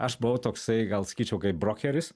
aš buvau toksai gal sakyčiau kaip brokeris